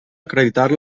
acreditar